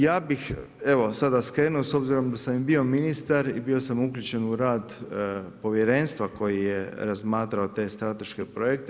Ja bih evo sada skrenuo s obzirom da sam i bio ministar i bio sam uključen u rad povjerenstva koji je razmatrao te strateške projekte.